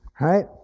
right